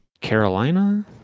Carolina